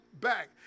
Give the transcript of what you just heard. back